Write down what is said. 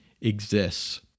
exists